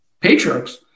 patriarchs